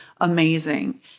amazing